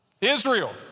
Israel